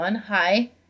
hi